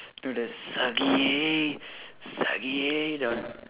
no the Sakiyae Sakiyae that one